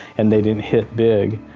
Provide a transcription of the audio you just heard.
and they didn't hit big.